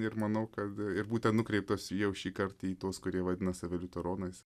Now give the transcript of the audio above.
ir manau kad ir būtent nukreiptos į jau šį kartą į tuos kurie vadina save liuteronais